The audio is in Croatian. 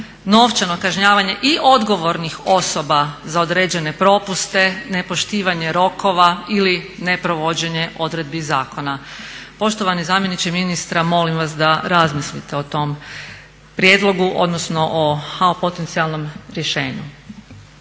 novčano kažnjavanje i odgovornih osoba za određene propuste, nepoštivanje rokova ili ne provođenje odredbi zakona. Poštovani zamjeniče ministra, molim vas da razmilite o tom prijedlogu odnosno o potencijalnom rješenju.